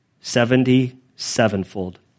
seventy-sevenfold